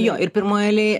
jo ir pirmoj eilėj